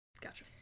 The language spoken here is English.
Gotcha